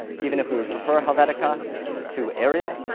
even if we would prefer helvetica to arial,